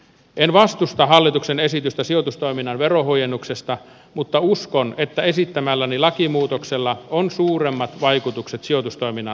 en vastusta hallituksen esitystä sijoitustoiminnan verohuojennuksesta mutta uskon että esittämälläni lakimuutoksella on suuremmat vaikutukset sijoitustoiminnan aktivointiin